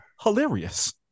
hilarious